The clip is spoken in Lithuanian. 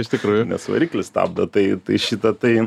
iš tikrųjų nes variklis stabdo tai šitą tai